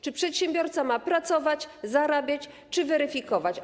Czy przedsiębiorca ma pracować, zarabiać, czy weryfikować?